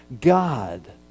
God